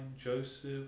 Joseph